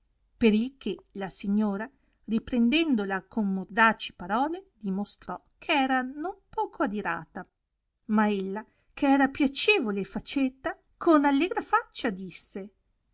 il che la signora riprendendola con mordaci parole dimostrò che era non poco adirata ma ella che era piacevole e faceta con allegra faccia disse